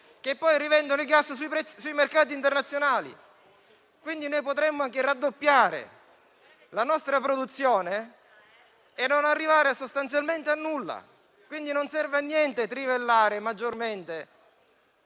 che poi rivendono il gas sui mercati internazionali; quindi, potremmo anche raddoppiare la produzione e non arrivare sostanzialmente ad alcun risultato. Non serve a niente trivellare maggiormente